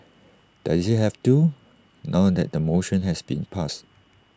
does he have to now that the motion has been passed